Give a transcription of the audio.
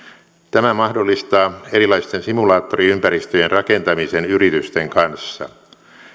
tämä mahdollistaa erilaisten simulaattoriympäristöjen rakentamisen yritysten kanssa